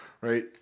right